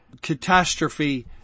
catastrophe